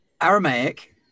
Aramaic